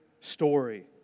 story